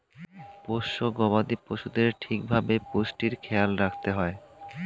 পোষ্য গবাদি পশুদের ঠিক ভাবে পুষ্টির খেয়াল রাখতে হয়